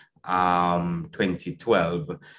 2012